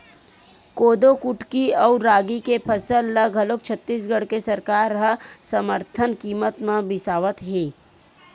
कोदो कुटकी अउ रागी के फसल ल घलोक छत्तीसगढ़ के सरकार ह समरथन कीमत म बिसावत हे